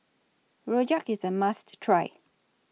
Rojak IS A must Try